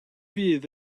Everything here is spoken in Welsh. fydd